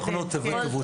בדיקת ההיתכנות תבוצע,